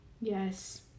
Yes